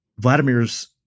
Vladimir's